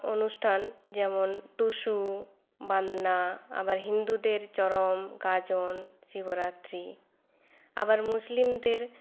অনুষ্ঠান যেমন টুসু বাঁধনা আবার হিন্দুদের চরম গাজন শিবরাত্রি আবার মুসলিমদের